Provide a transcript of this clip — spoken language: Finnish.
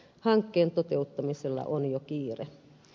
hankkeen toteuttamisella on jo kiire